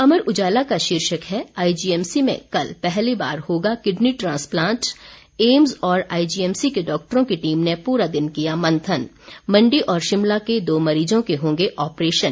अमर उजाला का शीर्षक है आईजीएमसी में कल पहली बार होगा किडनी ट्रांसप्लांट एम्स और आईजीएमसी के डॉक्टरों की टीम ने पूरा दिन किया मंथन मंडी और शिमला के दो मरीजों के होंगे ऑपरेशन